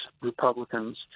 Republicans